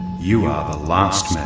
you are the last man.